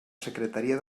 secretaria